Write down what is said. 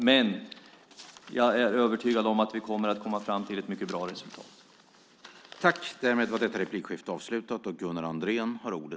Men jag är övertygad om att vi kommer fram till ett mycket bra resultat.